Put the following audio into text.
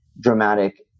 dramatic